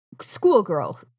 schoolgirl